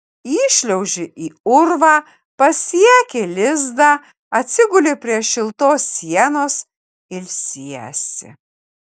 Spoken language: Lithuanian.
įšliauži į urvą pasieki lizdą atsiguli prie šiltos sienos ilsiesi